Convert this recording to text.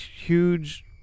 huge